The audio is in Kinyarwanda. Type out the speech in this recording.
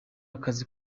akazi